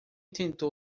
tentou